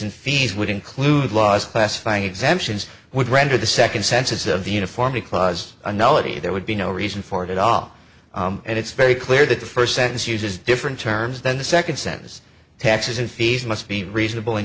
and fees would include laws classifying exemptions would render the second senses of the uniformity clause analogy there would be no reason for it at all and it's very clear that the first sentence uses different terms than the second sentence taxes and fees must be reasonable